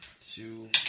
Two